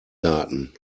garten